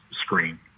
screen